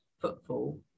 footfall